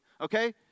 Okay